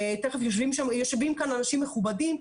יושבים כאן אנשים מכובדים,